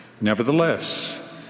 Nevertheless